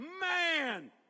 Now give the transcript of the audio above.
man